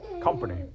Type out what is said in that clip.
company